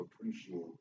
appreciate